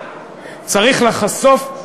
צריך לחשוף,